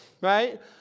right